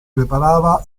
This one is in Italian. preparava